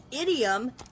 idiom